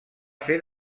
fer